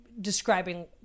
describing